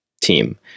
team